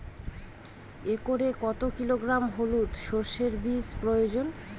একরে কত কিলোগ্রাম হলুদ সরষে বীজের প্রয়োজন?